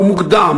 ומוקדם,